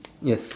yes